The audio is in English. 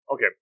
Okay